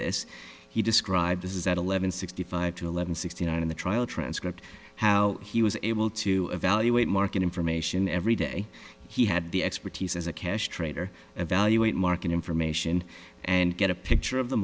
this he described as at eleven sixty five to eleven sixty nine in the trial transcript how he was able to evaluate market information every day he had the expertise as a cash trader evaluate market information and get a picture of the